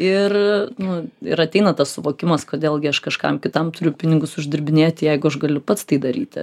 ir nu ir ateina tas suvokimas kodėl gi aš kažkam kitam turiu pinigus uždirbinėti jeigu aš galiu pats tai daryti